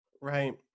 Right